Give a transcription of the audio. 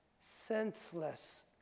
senseless